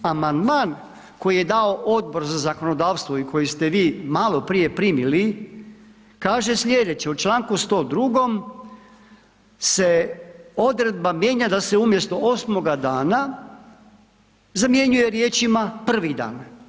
Amandman koji je dao Odbor za zakonodavstvo i koje ste vi maloprije primili, kaže sljedeće u čl. 102. se odredba mijenja da se umjesto osam dana, zamjenjuje riječima prvi dan.